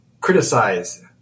criticize